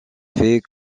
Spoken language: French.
fait